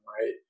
right